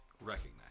recognize